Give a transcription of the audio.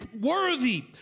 worthy